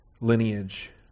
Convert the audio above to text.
lineage